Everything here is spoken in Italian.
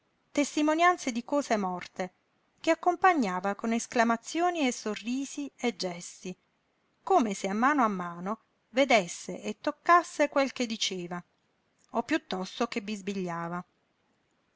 testimonianze di cose morte che accompagnava con esclamazioni e sorrisi e gesti come se a mano a mano vedesse e toccasse quel che diceva o piuttosto che